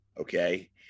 okay